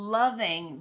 loving